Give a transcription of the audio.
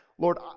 Lord